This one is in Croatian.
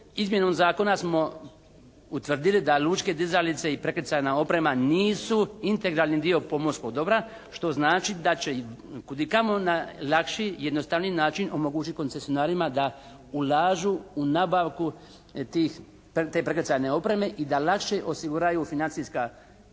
izmjenom zakona smo utvrdili da lučke dizalice i prekrcajna oprema nisu integralni dio pomorskog dobra što znači da će kud i kamo na lakši, jednostavniji način omogućiti koncesionarima da ulažu u nabavku tih, te prekrcajne opreme i da lakše osiguraju financijska povoljna,